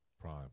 prime